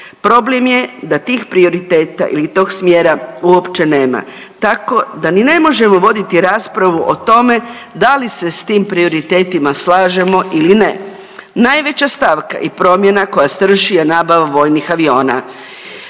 Problem je da tih prioriteta ili tog smjera uopće nema, tako da ni ne možemo voditi raspravu o tome da li se s tim prioritetima slažemo ili ne. Najveća stavka i promjena koja strši je nabava vojnih aviona.